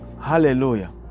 Hallelujah